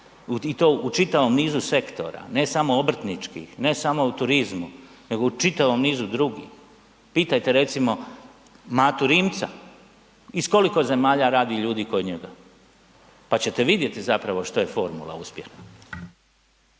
i to u čitavom nizu sektora, ne samo obrtničkih, ne samo u turizmu nego u čitavom nizu drugih. Pitajte recimo Matu Rimca iz koliko zemalja radi ljudi kod njega pa ćete vidjeti zapravo što je formula uspjeha.